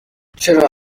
چرا